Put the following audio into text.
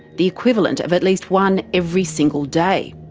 the equivalent of at least one every single day.